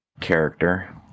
character